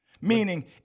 meaning